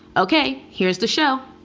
ok. here's the show